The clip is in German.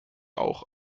auch